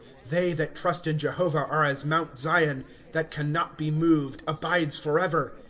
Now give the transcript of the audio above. they that trust in jehovah are as mount zion that can not be moved, abides forever,